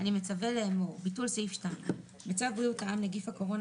אני מצווה לאמור: ביטול סעיף 2 1. בצו בריאות העם (נגיף הקורונה